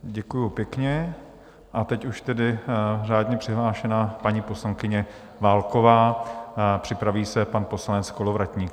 Děkuji pěkně a teď už tedy řádně přihlášená paní poslankyně Válková, připraví se pan poslanec Kolovratník.